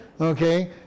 Okay